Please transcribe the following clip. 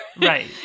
Right